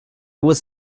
was